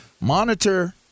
Monitor